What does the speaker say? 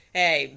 hey